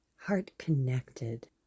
heart-connected